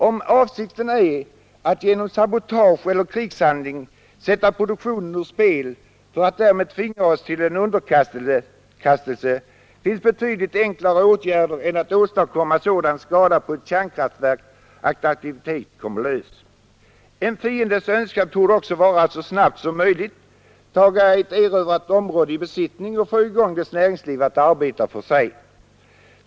Om avsikten är att genom sabotage eller krigshandling sätta produktionen ur spel för att därmed tvinga oss till underkastelse, finns betydligt enklare åtgärder än att åstadkomma sådan skada på ett kärnkraftverk att aktivitet kommer lös. En fiendes önskan torde också vara att så snabbt som möjligt taga ett erövrat område i besittning och få dess näringsliv att börja arbeta för sig.